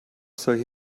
solche